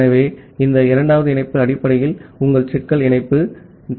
ஆகவே இந்த இரண்டாவது இணைப்பு அடிப்படையில் உங்கள் சிக்கல் இணைப்பு ஆகும்